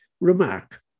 remark